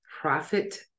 Profit